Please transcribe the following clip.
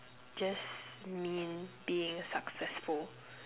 just mean being successful